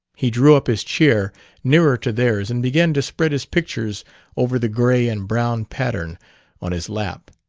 he drew up his chair nearer to theirs and began to spread his pictures over the gray and brown pattern on his lap.